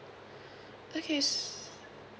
okay